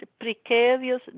precarious